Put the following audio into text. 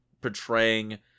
portraying